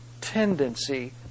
tendency